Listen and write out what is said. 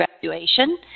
graduation